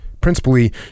principally